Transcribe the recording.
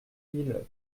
mille